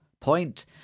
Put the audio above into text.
Point